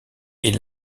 est